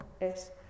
es